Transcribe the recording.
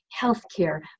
healthcare